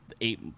eight